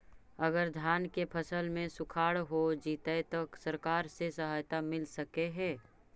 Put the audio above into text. अगर धान के फ़सल में सुखाड़ होजितै त सरकार से सहायता मिल सके हे?